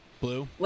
Blue